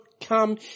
come